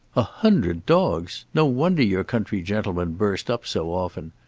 a hundred dogs! no wonder your country gentlemen burst up so often.